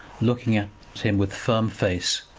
looking at him with firm face,